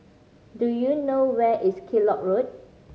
do you know where is Kellock Road